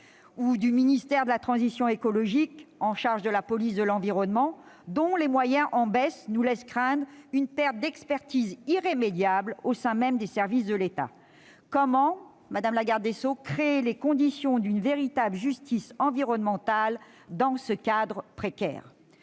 ou du ministère de la transition écologique, chargé de la police de l'environnement, dont les moyens en baisse nous laissent craindre une perte d'expertise irrémédiable au sein même des services de l'État. Comment, madame la garde des sceaux, créer les conditions d'une véritable justice environnementale dans ce cadre précaire ?